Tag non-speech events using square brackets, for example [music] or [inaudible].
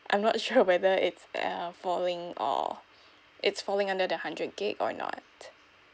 I'm not sure [laughs] whether it's uh falling or it's falling under the hundred GIG or not